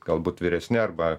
galbūt vyresni arba